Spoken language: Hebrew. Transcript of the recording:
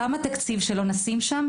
כמה תקציב שלא נשים שם,